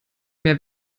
mehr